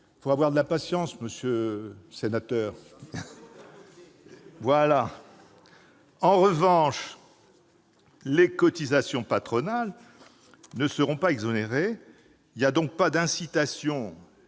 il faut avoir de la patience ... J'en ai pour l'éternité ! En revanche, les cotisations patronales ne seront pas exonérées. Il n'y a donc pas d'incitation,